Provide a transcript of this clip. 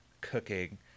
cooking